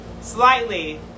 Slightly